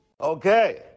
Okay